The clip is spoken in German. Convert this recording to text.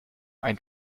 ein